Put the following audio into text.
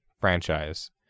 franchise